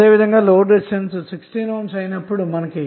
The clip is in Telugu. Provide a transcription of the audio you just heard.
అదేవిధంగాRL 16 ohm అయినప్పుడు IL1